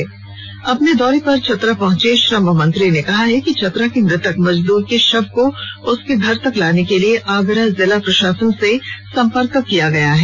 आज अपने दौरे पर चतरा पहुंचे श्रम मंत्री ने कहा ँ है कि चतरा के मृतक मजदूर के शव को उसके घर तक लाने के लिए आगरा जिला प्रशासन से संपर्क स्थापित किया गया है